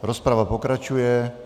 Rozprava pokračuje.